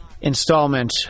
installment